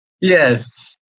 Yes